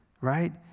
right